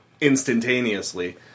instantaneously